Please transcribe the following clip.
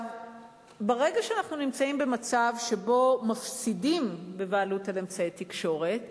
ברגע שאנחנו נמצאים במצב שבו מפסידים בבעלות על אמצעי תקשורת,